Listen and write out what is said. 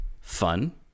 fun